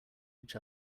each